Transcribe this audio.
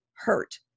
hurt